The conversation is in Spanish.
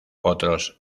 otros